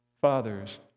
fathers